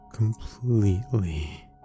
Completely